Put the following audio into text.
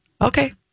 okay